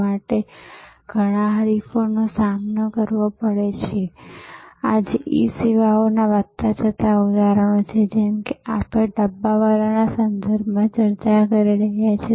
તેથી તમને આ અસાઇનમેન્ટ માટે આમંત્રિત કરવામાં આવે છે તમે સેવા સંચાલક સલાહકાર છો અને તમે બોમ્બે ડબ્બાવાલા સંસ્થાને સલાહ આપવાના છો અમે બે સ્લાઇડ્સ કરીએ છીએ